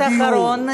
משפט אחרון,